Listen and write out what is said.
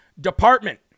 Department